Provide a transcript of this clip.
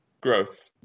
growth